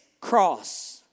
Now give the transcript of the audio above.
cross